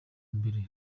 mbere